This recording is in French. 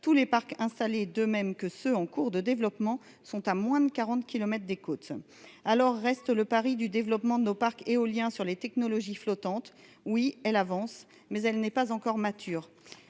tous les parcs installés, de même que ceux en cours de développement sont à moins de 40 kilomètres des côtes alors reste le pari du développement de nos parcs éoliens sur les technologies flottante oui elle avance mais elle n'est pas encore mature,